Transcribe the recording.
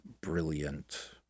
brilliant